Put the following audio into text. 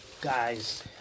Guys